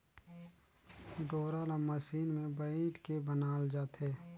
डोरा ल मसीन मे बइट के बनाल जाथे